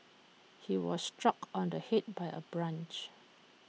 he was struck on the Head by A branch